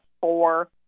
four